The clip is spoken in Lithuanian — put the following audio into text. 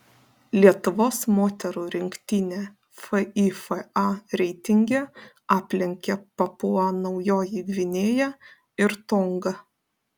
lietuvos moterų rinktinę fifa reitinge aplenkė papua naujoji gvinėja ir tonga